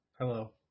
Hello